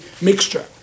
mixture